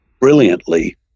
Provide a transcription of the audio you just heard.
brilliantly